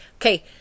Okay